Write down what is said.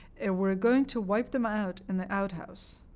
and we're going to wipe them out in the outhouse.